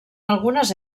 algunes